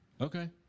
Okay